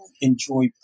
enjoy